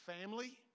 family